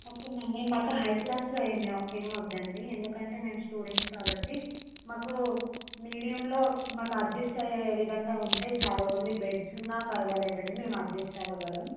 okay అండి మాకు high క్లాస్లో ఏమి ఏమి వద్దండి ఎందుకంటే మేము స్టూడెంట్స్ కాబట్టి మాకు మీడియంలో మాకు అడ్జెస్ట్ అయ్యే విధంగా ఉంటే చాలు ఓన్లీ బెడ్స్ ఉన్న పర్వాలేదు అండి మేము అడ్జెస్ట్ అవ్వగలం